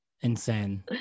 Insane